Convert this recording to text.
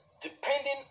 Depending